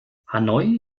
hanoi